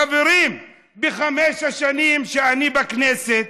חברים, בחמש השנים שאני בכנסת,